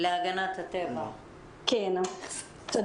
תודה.